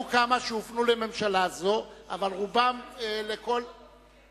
הם היו בממשלה שלוש וחצי שנים.